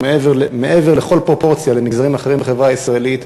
ומעבר לכל פרופורציה למגזרים אחרים בחברה הישראלית,